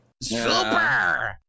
Super